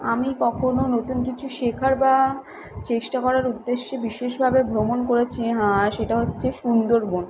আমি কখনও নতুন কিছু শেখার বা চেষ্টা করার উদ্দেশ্যে বিশেষভাবে ভ্রমণ করেছি হ্যাঁ সেটা হচ্ছে সুন্দরবন